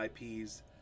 IPs